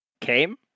came